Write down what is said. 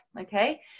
Okay